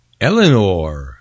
Eleanor